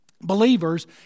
believers